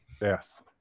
Yes